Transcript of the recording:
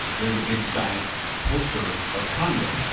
there's a big, giant poster of kanye